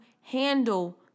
handle